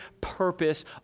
purpose